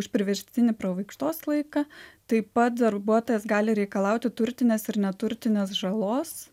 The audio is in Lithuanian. už priverstinį pravaikštos laiką taip pat darbuotojas gali reikalauti turtinės ir neturtinės žalos